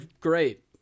great